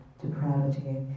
depravity